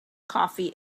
coffee